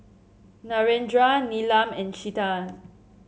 Narendra Neelam and Chetan